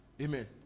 Amen